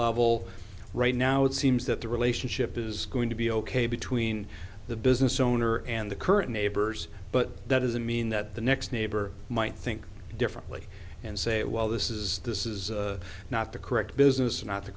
level right now it seems that the relationship is going to be ok between the business owner and the current neighbors but that is a mean that the next neighbor might think differently and say well this is this is not the correct business not the